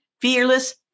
Fearless